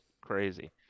crazy